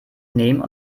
nehmen